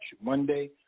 Monday